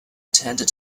tended